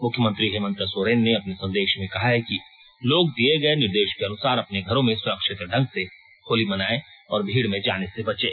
मुख्यमंत्री हेमंत सोरेन ने अपने संदेश में कहा है कि लोग दिये गये निर्देश के अनुसार अपने घरों में सरुक्षित ढंग से होली मनाये और भीड़ में जाने से बचे